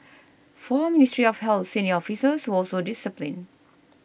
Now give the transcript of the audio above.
four Ministry of Health senior officers were also disciplined